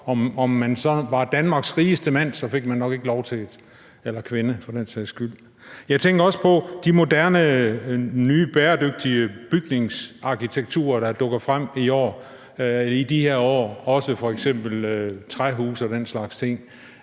Om man så var Danmarks rigeste mand, fik man nok ikke lov til det – eller kvinde for den sags skyld. Jeg tænker også på den moderne nye bæredygtige bygningsarkitektur, der dukker frem i de her år, også f.eks. træhuse og den slags ting.